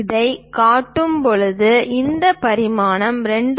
அதைக் காட்டும்போது இந்த பரிமாணம் 2